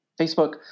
Facebook